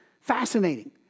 Fascinating